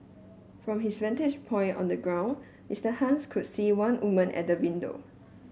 from his vantage point on the ground Mr Hans could see one woman at the window